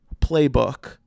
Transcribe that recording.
playbook